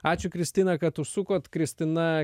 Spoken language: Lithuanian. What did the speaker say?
ačiū kristina kad užsukot kristina